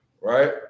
right